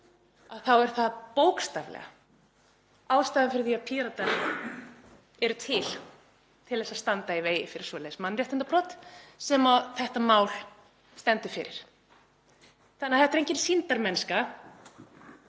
þá er það bókstaflega ástæðan fyrir því að Píratar eru til, þ.e. að standa í vegi fyrir svoleiðis mannréttindabrotum sem þetta mál stendur fyrir. Þannig að þetta er engin sýndarmennska.